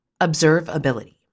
observability